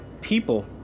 people